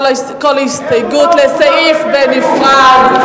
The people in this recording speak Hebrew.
כל הסתייגות בנפרד.